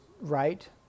right